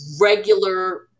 regular